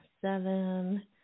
seven